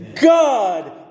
God